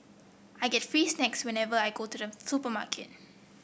I get free snacks whenever I go to the supermarket